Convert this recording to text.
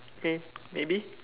okay maybe